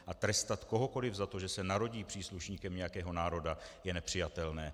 A trestat kohokoli za to, že se narodí příslušníkem nějakého národa, je nepřijatelné.